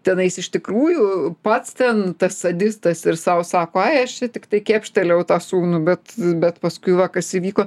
tenais iš tikrųjų pats ten tas sadistas ir sau sako ai aš čia tiktai kepštelėjau tą sūnų bet bet paskui va kas įvyko